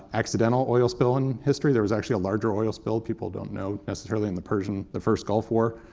accidental oil spill in history. there was actually a larger oil spill. people don't know, necessarily, in the persian the first gulf war,